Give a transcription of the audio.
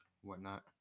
whatnot